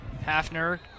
Hafner